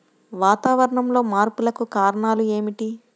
వాతావరణంలో మార్పులకు కారణాలు ఏమిటి?